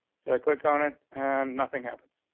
so i click on it and nothing happened.